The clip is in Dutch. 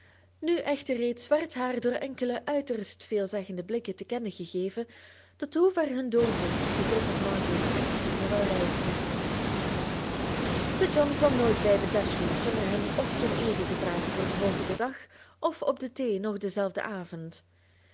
nu echter reeds werd haar door enkele uiterst veelzeggende blikken te kennen gegeven tot hoever hun doorzicht gegrond op margaret's inlichtingen wel reikte sir john kwam nooit bij de dashwoods zonder hen f ten eten te vragen voor den volgenden dag f op de thee nog den zelfden avond